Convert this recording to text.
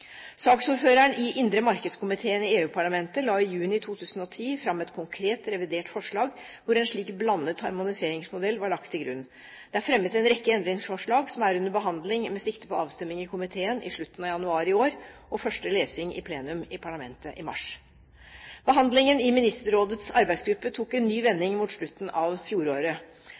Saksordføreren i indremarkedskomiteen i EU-parlamentet la i juni 2010 fram et konkret, revidert forslag hvor en slik blandet harmoniseringsmodell var lagt til grunn. Det er fremmet en rekke endringsforslag som er under behandling, med sikte på avstemning i komiteen i slutten av januar i år og første lesing i plenum i parlamentet i mars. Behandlingen i Ministerrådets arbeidsgruppe tok en ny vending mot slutten av fjoråret.